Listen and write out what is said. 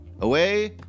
Away